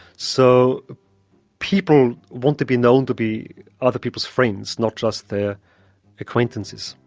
so people want to be known to be other people's friends, not just their acquaintances.